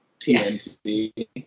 TNT